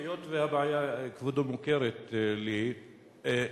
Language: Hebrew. היות שהבעיה מוכרת לי,